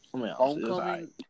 Homecoming